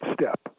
step